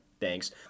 thanks